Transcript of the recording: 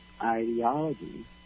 ideology